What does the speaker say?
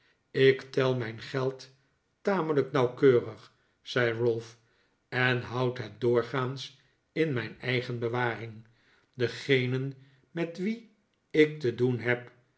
ik tel mijn geld tamelijk nauwkeurig zei ralph en houd het doorgaans in mijn eigen bewaring degenen met wie ik te doen heb